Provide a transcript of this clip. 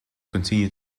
continue